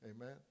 Amen